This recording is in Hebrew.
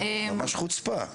ממש חוצפה.